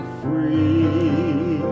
free